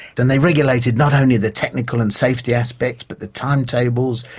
and they regulated not only the technical and safety aspects, but the timetables,